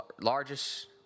largest